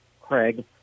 Craig